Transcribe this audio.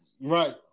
right